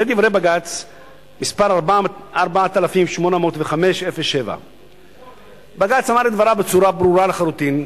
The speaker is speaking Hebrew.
זה דברי בג"ץ מס' 4805/07. בג"ץ אמר את דבריו בצורה ברורה לחלוטין,